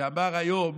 שאמר היום